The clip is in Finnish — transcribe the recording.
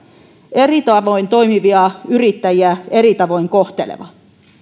eri tavoin toimivia yrittäjiä eri tavoin kohteleva